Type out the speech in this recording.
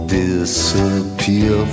disappear